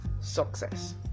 success